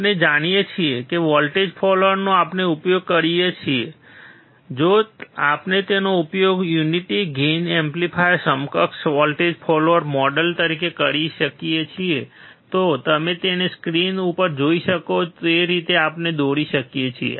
આપણે જાણીએ છીએ કે વોલ્ટેજ ફોલોઅરનો આપણે ઉપયોગ કરીએ છીએ જો આપણે તેનો ઉપયોગ યુનિટી ગેઇન એમ્પ્લીફાયર સમકક્ષ વોલ્ટેજ ફોલોઅર મોડેલ તરીકે કરીએ છીએ તો તમે તેને સ્ક્રીન ઉપર જોઈ શકો તે રીતે આપણે દોરી શકીએ છીએ